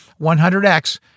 100X